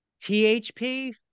THP